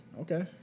Okay